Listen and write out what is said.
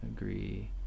agree